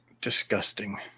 Disgusting